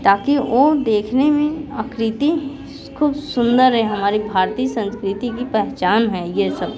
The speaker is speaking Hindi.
ताकि वो देखने में आकृति खूब सुंदर है हमारी भारतीय संस्कृति की पहचान है ये सब